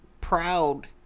proud